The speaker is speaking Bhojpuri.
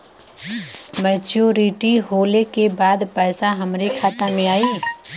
मैच्योरिटी होले के बाद पैसा हमरे खाता में आई?